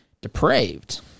depraved